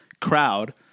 crowd